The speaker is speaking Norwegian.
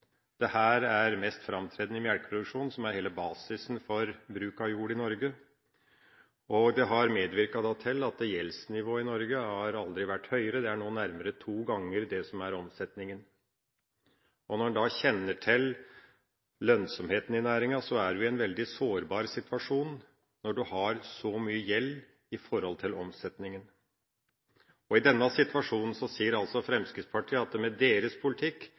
er mest framtredende i melkeproduksjonen, som er hele basisen for bruk av jord i Norge. Det har medvirket til at gjeldsnivået i Norge aldri har vært høyere: Det er nå nærmere to ganger omsetninga. Når en kjenner til lønnsomheten i næringa, vet en at en er i en veldig sårbar situasjon når en har så mye gjeld i forhold til omsetninga. I denne situasjonen sier altså Fremskrittspartiet at med deres politikk